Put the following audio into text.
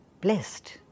blessed